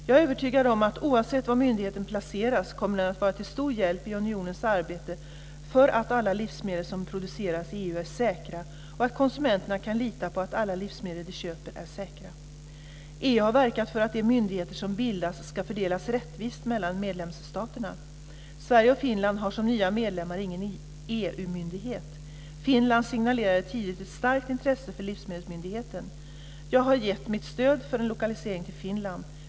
Jag är övertygad om att oavsett var myndigheten placeras kommer den att vara till stor hjälp i unionens arbete för att alla livsmedel som produceras i EU är säkra och att konsumenterna kan lita på att alla livsmedel de köper är säkra. EU har verkat för att de myndigheter som bildas ska fördelas rättvist mellan medlemsstaterna. Sverige och Finland har som nya medlemmar ingen EU myndighet. Finland signalerade tidigt ett starkt intresse för livsmedelsmyndigheten. Jag har gett mitt stöd för en lokalisering till Finland.